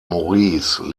maurice